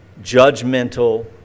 judgmental